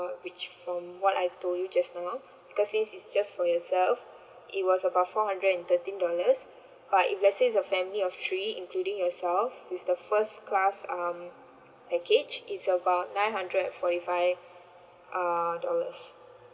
which from what I told you just now because it is just for yourself it was about four hundred and thirteen dollars but if let say it's a family of three including yourself with the first class um package is about nine hundred and forty five uh dollars